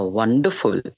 wonderful